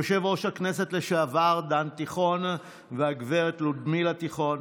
יושב-ראש הכנסת לשעבר דן תיכון וגב' לודמילה תיכון,